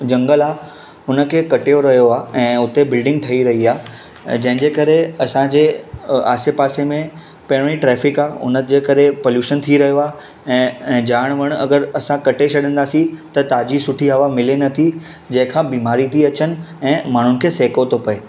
झंगल आहे उनखे कटियो रहियो आहे ऐं उते बिल्डिंग ठही रही आहे जंहिंजे करे असांजे अ आसे पासे में पहिरियों ई ट्रॅफीक आहे उनजे करे पॉल्युशन थी रहियो आहे ऐं ऐं झाड़ वण अगरि असां कटे छॾींदासीं त ताज़ी सुठी हवा मिले नथी जंहिंखां बीमारी थी अचनि ऐं माण्हुनि खे सहिको थो पए